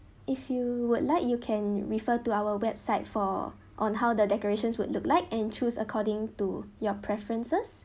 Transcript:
if you would like you can refer to our website for on how the decorations will look like and choose according to your preferences